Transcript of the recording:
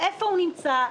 איפה הוא נמצא?